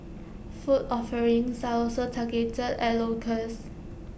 food offerings are also targeted at locals